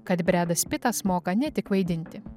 kad bredas pitas moka ne tik vaidinti